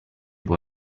può